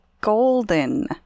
golden